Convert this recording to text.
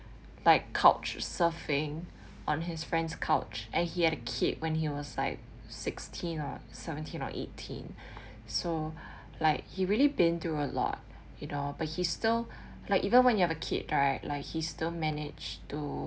like couch surfing on his friend's couch and he had a kid when he was like sixteen or seventeen or eighteen so like he really been through a lot you know but he still like even when you have a kid right like he still manage to